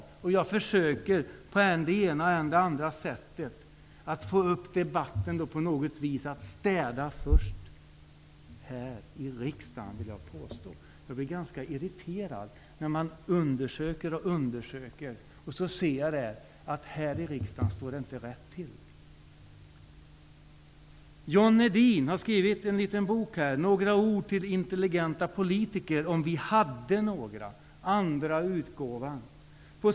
Jag försöker på än det ena än det andra sättet att få upp debatten om att städa först här i riksdagen. Jag blir ganska irriterad när man undersöker och undersöker och jag ser att här i riksdagen står det inte rätt till. John Edin har skrivit en liten bok, Några ord till intelligenta politiker -- om vi hade några.